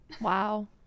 wow